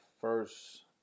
first